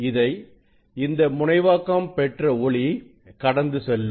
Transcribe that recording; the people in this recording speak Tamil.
இதை இந்த முனைவாக்கம் பெற்ற ஒளி கடந்து செல்லும்